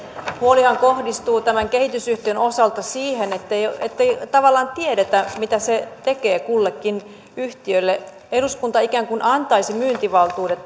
huolihan kohdistuu tämän kehitysyhtiön osalta siihen ettei ettei tavallaan tiedetä mitä se tekee kullekin yhtiölle eduskunta ikään kuin antaisi myyntivaltuudet